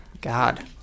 God